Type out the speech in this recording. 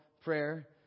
prayer